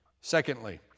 Secondly